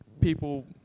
people